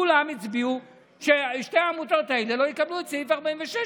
כולם הצביעו ששתי העמותות האלה לא יקבלו את סעיף 46,